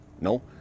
No